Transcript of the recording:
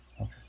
Okay